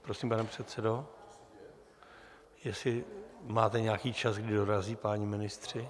Prosím, pane předsedo, jestli máte nějaký čas, kdy dorazí páni ministři.